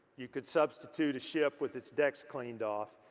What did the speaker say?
you could substitute a ship with it's decks cleaned off.